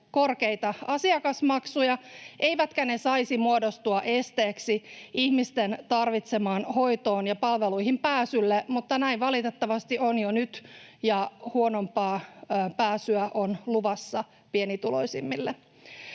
korkeita asiakasmaksuja, eivätkä ne saisi muodostua esteeksi ihmisten tarvitsemaan hoitoon ja palveluihin pääsylle, mutta näin valitettavasti on jo nyt, ja huonompaa pääsyä on luvassa pienituloisimmille.